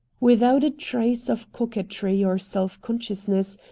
without a trace of coquetry or self-consciousness,